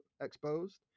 exposed